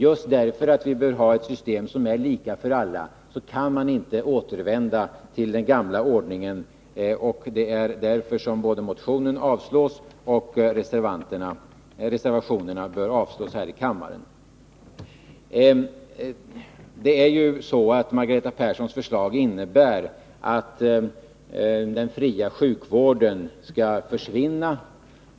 Just därför att vi bör ha ett system som är lika för alla, kan man inte återvända till den gamla ordningen. Därför avstyrks motionen och därför bör reservationerna avslås här i kammaren. Margareta Perssons förslag innebär att den fria sjukvården skall försvinna.